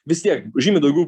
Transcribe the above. vis tiek žymiai daugiau